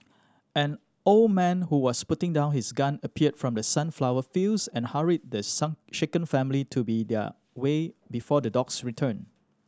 an old man who was putting down his gun appeared from the sunflower fields and hurried the sun shaken family to be their way before the dogs return